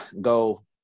go